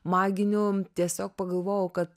maginių tiesiog pagalvojau kad